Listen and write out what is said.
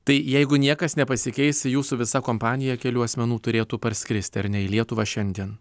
tai jeigu niekas nepasikeis jūsų visa kompanija kelių asmenų turėtų parskristi ar ne į lietuvą šiandien